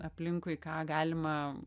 aplinkui ką galima